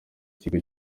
kigo